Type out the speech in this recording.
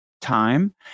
time